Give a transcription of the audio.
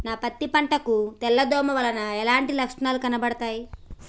నా పత్తి పంట కు తెల్ల దోమ వలన ఎలాంటి లక్షణాలు కనబడుతాయి?